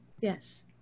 Yes